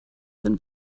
than